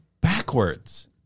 backwards